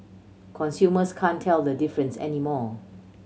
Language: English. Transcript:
consumers can't tell the difference anymore